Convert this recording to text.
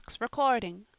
recording